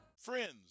Friends